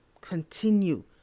continue